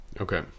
okay